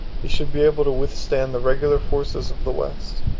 he should be able to withstand the regular forces of the west,